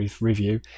review